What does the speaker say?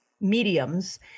mediums